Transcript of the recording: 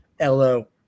LO